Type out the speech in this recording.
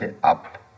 ab